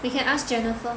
we can ask Jennifer